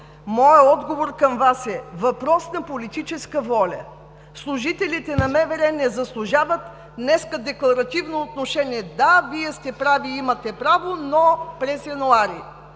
моят отговор към Вас е: въпрос на политическа воля е служителите на МВР не заслужават днес декларативно отношение: „Да, Вие сте прави и имате право, но – през януари!“